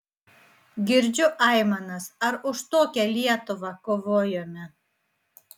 girdžiu aimanas ar už tokią lietuvą kovojome